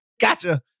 gotcha